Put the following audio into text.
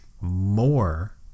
more